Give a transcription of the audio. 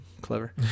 clever